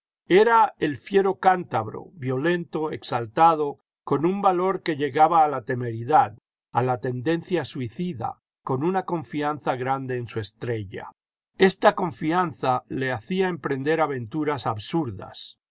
era el ñero cántabro violento exaltado con un valor que llegaba a la temeridad a la tendencia suicida con una conñanza grande en su estrella esta confianza le hacía emprender aventuras absurdas